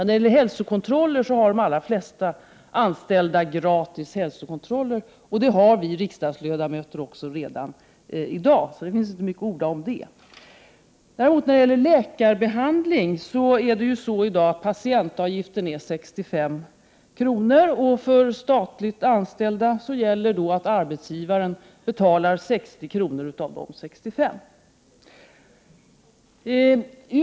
De allra flesta anställda har gratis hälsokontroller. Det har också vi riksdagsledamöter redan i dag. Det finns inte mycket att orda om det. När det gäller läkarbehandling är patientavgiften i dag 65 kr. För statligt anställda betalar arbetsgivaren 60 kr. av dessa 65 kr.